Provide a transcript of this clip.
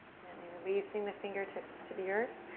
gently releasing the fingertips to the earth,